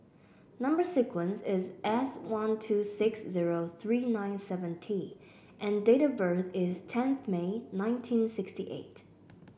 number sequence is S one two six zero three nine seven T and date of birth is tenth May nineteen sixty eight